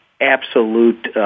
absolute